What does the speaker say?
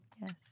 Yes